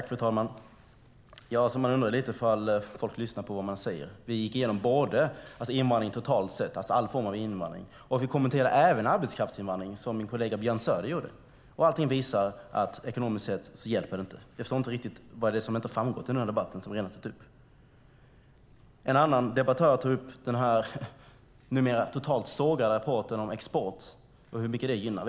Fru talman! Man undrar lite ifall folk lyssnar på vad man säger. Vi gick igenom invandring totalt sett, det vill säga all form av invandring. Vi kommenterade även arbetskraftsinvandringen. Det gjorde min kollega Björn Söder. Allting visar att det inte hjälper ekonomiskt sett. Jag förstår inte vad som inte har framgått i den här debatten av det vi redan har tagit upp. En annan debattör tog upp den numera totalt sågade rapporten om hur mycket exporten gynnas.